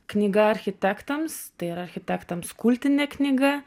knyga architektams tai yra architektams kultinė knyga